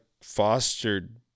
fostered